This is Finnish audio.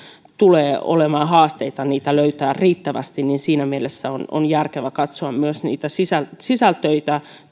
tulee olemaan haasteita löytää henkilökuntaakin riittävästi niin siinä mielessä on on järkevä katsoa myös niitä sisältöjä sisältöjä